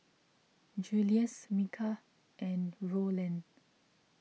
Julious Micah and Rowland